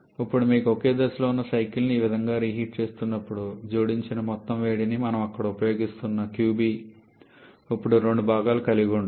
ఇప్పుడు మీకు ఒకే దశలో ఉన్న సైకిల్ని ఈ విధంగా రీహీట్ చేస్తున్నప్పుడు జోడించిన మొత్తం వేడిని మనము అక్కడ ఉపయోగిస్తున్న qB ఇప్పుడు రెండు భాగాలను కలిగి ఉంటుంది